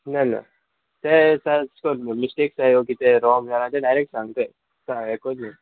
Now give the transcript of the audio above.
ना ना तें सर्च कोन्न मिस्टेक आहाय वो कितें रोंग आहा ते डायरेक्ट सांगताय हें कोन न्हू